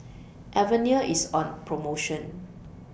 Avene IS on promotion